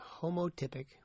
homotypic